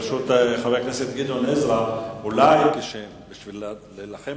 ברשות חבר הכנסת עזרא, אולי בשביל להילחם